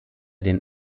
den